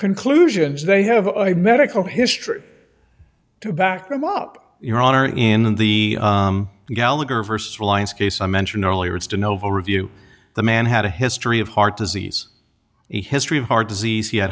conclusions they have a medical history to back them up your honor in the gallagher versus reliance case i mentioned earlier it's to novo review the man had a history of heart disease a history of heart disease